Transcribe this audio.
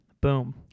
Boom